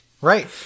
Right